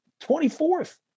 24th